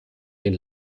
den